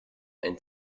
ein